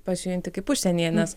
pasijunti kaip užsienyje nes